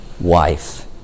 wife